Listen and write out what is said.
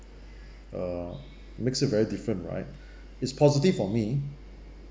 err makes you very different right it's positive for me